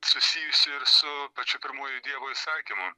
susijusi ir su pačiu pirmuoju dievo įsakymu